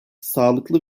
sağlıklı